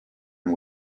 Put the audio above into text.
and